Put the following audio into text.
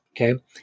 okay